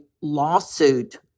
lawsuit